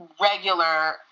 regular